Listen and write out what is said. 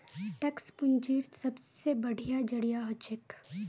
tax पूंजीर सबसे बढ़िया जरिया हछेक